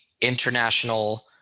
international